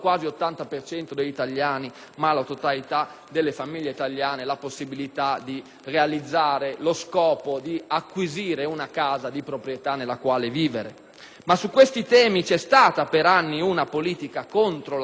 delle famiglie italiane la possibilità di acquisire una casa di proprietà nella quale vivere. Ma su questi temi vi è stata per anni una politica contro la casa e contro la proprietà della stessa,